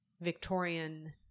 victorian